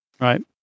right